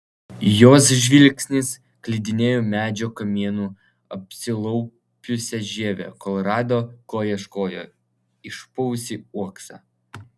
jos žvilgsnis klydinėjo medžio kamienu apsilaupiusia žieve kol rado ko ieškojo išpuvusį uoksą